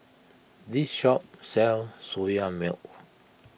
this shop sells Soya Milk